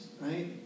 right